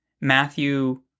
Matthew